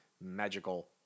magical